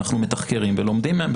אנחנו מתחקרים ולומדים מהם,